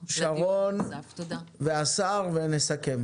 רופא אופיר, את השר ואז נסכם.